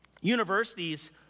Universities